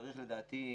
צריך דעתי,